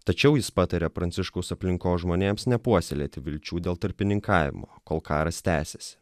tačiau jis pataria pranciškaus aplinkos žmonėms nepuoselėti vilčių dėl tarpininkavimo kol karas tęsiasi